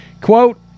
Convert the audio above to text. Quote